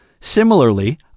Similarly